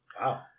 Wow